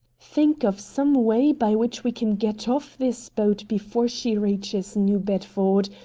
think of some way by which we can get off this boat before she reaches new bedford.